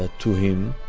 ah to him,